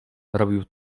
robił